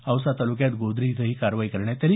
औसा ताल्क्यात गोद्री इथं ही कारवाई करण्यात आली